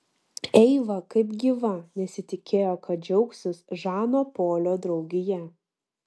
eiva kaip gyva nesitikėjo kad džiaugsis žano polio draugija